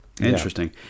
Interesting